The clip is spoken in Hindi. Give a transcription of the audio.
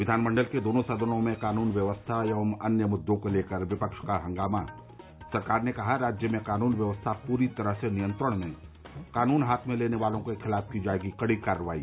विधानमंडल के दोनों सदनों में क़ानून व्यवस्था एवं अन्य मुददों को लेकर विपक्ष का हंगामा सरकार ने कहा राज्य में क़ानून व्यवस्था पूरी तरह से नियंत्रण में कानून हाथ में लेने वालों के खिलाफ की जायेगी कड़ी कार्रवाई